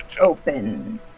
open